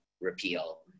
repeal